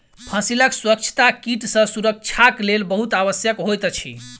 फसीलक स्वच्छता कीट सॅ सुरक्षाक लेल बहुत आवश्यक होइत अछि